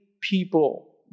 people